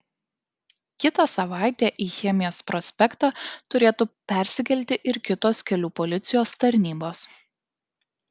kitą savaitę į chemijos prospektą turėtų persikelti ir kitos kelių policijos tarnybos